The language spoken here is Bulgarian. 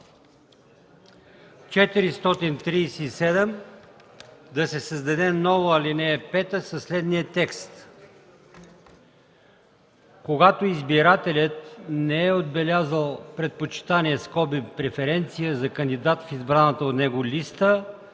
437 да се създаде нова ал. 5 със следния текст: „Когато избирателят не е отбелязал предпочитание (преференция) за кандидат в избраната от него листа,